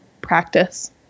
practice